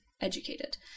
educated